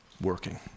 working